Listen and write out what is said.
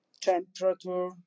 temperature